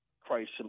christ